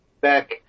back